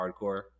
Hardcore